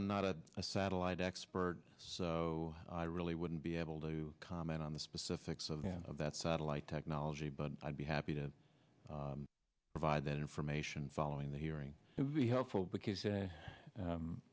i'm not a satellite expert so i really wouldn't be able to comment on the specifics of that satellite technology but i'd be happy to provide that information following the hearing will be helpful because